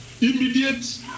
immediate